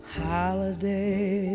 holiday